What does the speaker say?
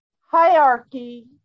hierarchy